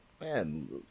man